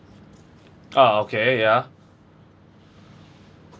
ah okay ya